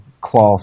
class